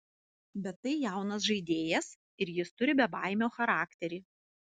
bet tai jaunas žaidėjas ir jis turi bebaimio charakterį